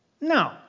No